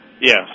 Yes